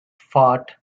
fought